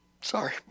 Sorry